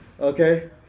okay